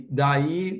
daí